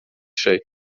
şey